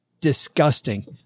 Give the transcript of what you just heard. disgusting